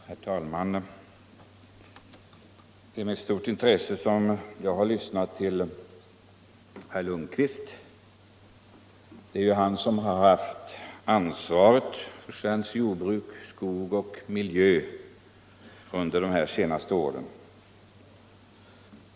Herr talman! Jag har med stort intresse lyssnat till herr Lundkvist. Det är ju han som har haft ansvaret för jordbruk, skog och miliö under de senaste åren.